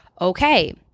okay